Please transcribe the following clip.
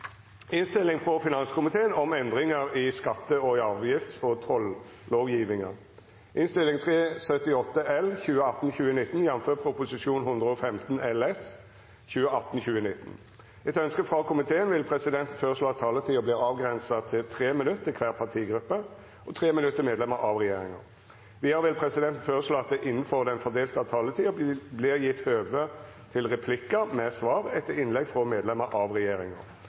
Etter ønske frå finanskomiteen vil presidenten føreslå at taletida vert avgrensa til 3 minutt til kvar partigruppe og 3 minutt til medlemer av regjeringa. Vidare vil presidenten føreslå at det – innanfor den fordelte taletida – vert gjeve høve til replikkar med svar etter innlegg frå medlemer av regjeringa.